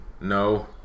no